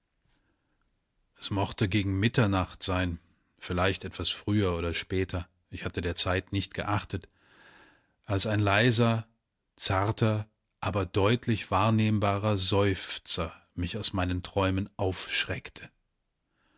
es mochte gegen mitternacht sein vielleicht etwas früher oder später ich hatte der zeit nicht geachtet als ein leiser zarter aber deutlich wahrnehmbarer seufzer mich aus meinen träumen aufschreckte